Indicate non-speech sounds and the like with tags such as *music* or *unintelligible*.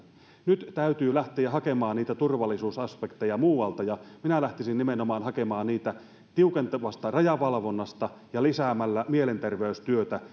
nyt täytyy lähteä hakemaan niitä turvallisuusaspekteja muualta ja minä lähtisin hakemaan niitä nimenomaan tiukemmasta rajavalvonnasta ja lisäämällä mielenterveystyötä *unintelligible*